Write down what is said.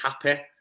happy